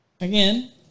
again